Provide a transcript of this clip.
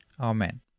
Amen